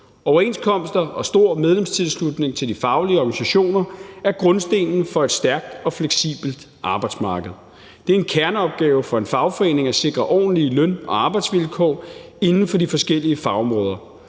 Overenskomster og stor medlemstilslutning til de faglige organisationer er grundstenen for et stærkt og fleksibelt arbejdsmarked. Det er en kerneopgave for en fagforening at sikre ordentlige løn- og arbejdsvilkår inden for de forskellige fagområder.